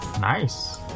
Nice